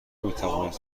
میتوانید